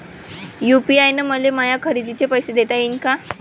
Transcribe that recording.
UPI न मले माया खरेदीचे पैसे देता येईन का?